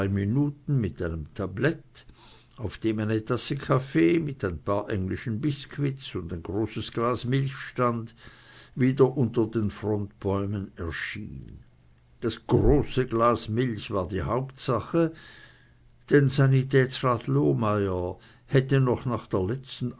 minuten mit einem tablett auf dem eine tasse kaffee mit ein paar englischen biskuits und ein großes glas milch stand wieder unter den frontbäumen erschien das große glas milch war hauptsache denn sanitätsrat lohmeyer hatte noch nach der letzten